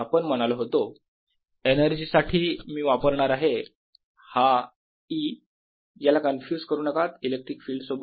आपण म्हणालो होतो एनर्जी साठी मी वापरणार आहे हा E याला कन्फ्युज करू नका इलेक्ट्रिक फिल्ड सोबत